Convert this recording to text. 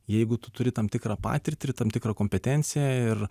jeigu tu turi tam tikrą patirtį ir tam tikrą kompetenciją ir